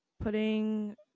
putting